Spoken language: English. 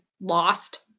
lost